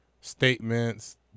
statements